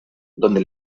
donde